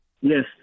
Yes